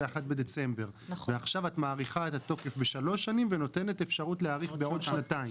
מאחור אנחנו נתמוך ונעזור להם גם להגיע למקום הזה.